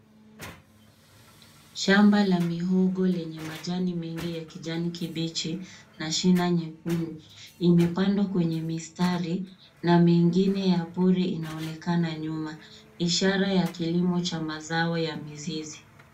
Shamba la mihogo lenye majani mengi ya kijani kibichi na shina nyekundu. Imepandwa kwenye mistari na mengine ya pori inaonekana nyuma. Ishara ya kilimo cha mazao ya mizizi.